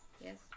Yes